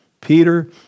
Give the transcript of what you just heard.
Peter